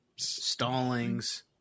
Stallings